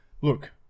look